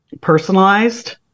personalized